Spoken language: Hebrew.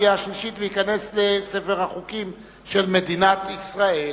עברה בקריאה שלישית ותיכנס לספר החוקים של מדינת ישראל.